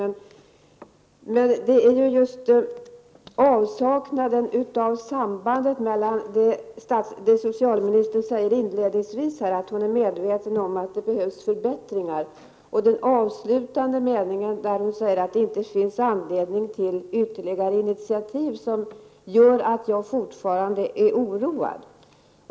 Men det är just avsaknaden av samband mellan det socialministern säger inledningsvis, att hon är medveten om att det behövs förbättringar, och den avslutande meningen där hon säger att det inte finns anledning till ytterligare initiativ, som gör att jag fortfarande är oroad.